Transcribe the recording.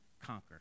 conquer